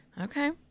okay